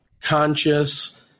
conscious